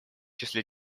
числе